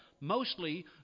mostly